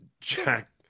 Jack